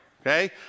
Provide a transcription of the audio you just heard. okay